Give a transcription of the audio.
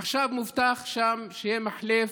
עכשיו מובטח שיהיה שם מחלף,